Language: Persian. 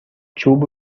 چوب